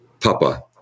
Papa